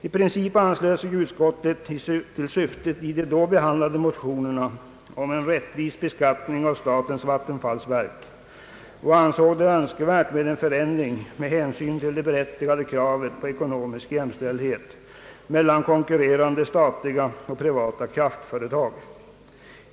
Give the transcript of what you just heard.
I princip anslöt sig utskottet till syftet i de då behandlade motionerna om en rättvis beskattning av statens vattenfallsverk och ansåg en förändring önskvärd med hänsyn till det berättigade kravet på ekonomisk jämställdhet mellan konkurrerande statliga och privata kraftverksföretag.